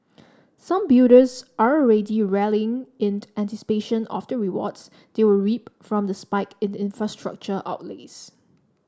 some builders are already rallying in anticipation of the rewards they will reap from the spike in infrastructure outlays